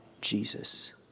Jesus